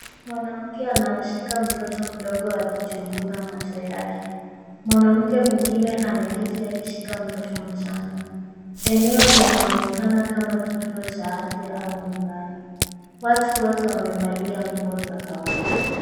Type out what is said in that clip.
Mwanamke anamshika mtoto mdogo akichunguza macho yake, mwanamke mwingine ameketi akishika mtoto mchanga. Eneo linaonekana kama kituo cha afya au nyumbani. Watu wote wamevalia nguo za kawaida.